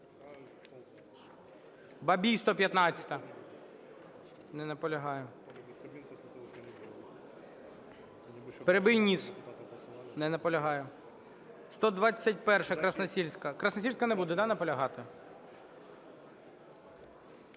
Бабій, 115-а. Не наполягає. Перебийніс. Не наполягає. 121-а, Красносільська. Красносільська не буде, да, наполягати?